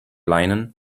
linen